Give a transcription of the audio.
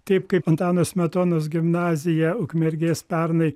taip kaip antano smetonos gimnazija ukmergės pernai